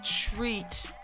treat